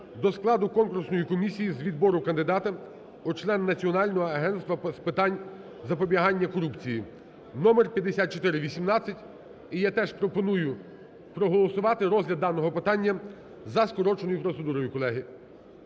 до складу конкурсної комісії з відбору кандидата у члени Національного агентства з питань запобігання корупції (№ 5418). І я теж пропоную проголосувати розгляд даного питання за скороченою процедурою, колеги.